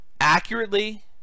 accurately